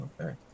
Okay